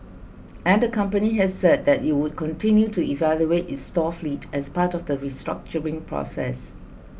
and the company has said that it would continue to evaluate its store fleet as part of the restructuring process